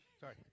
Sorry